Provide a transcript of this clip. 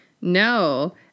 no